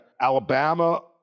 Alabama